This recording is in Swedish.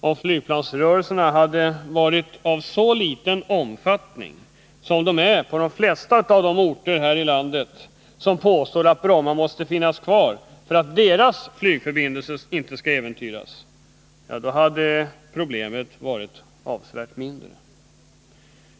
Om flygplansrörelserna hade varit av så liten omfattning som de är på de flesta av de orter i landet där man påstår att Bromma måste finnas kvar för att flygförbindelserna inte skall äventyras, ja, då hade problemet varit avsevärt mindre.